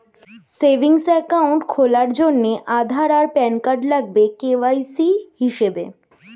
savings account খোলার জন্যে আধার আর প্যান কার্ড লাগবে কে.ওয়াই.সি হিসেবে